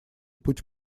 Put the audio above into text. путь